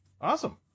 Awesome